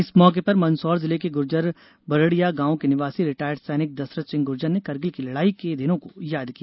इस मौके पर मंदसौर जिले के गुर्जर बरडिया गांव के निवासी रिटायर्ड सैनिक दसरथ सिंह गुर्जर ने करगिल की लड़ाई के दिनों को याद किया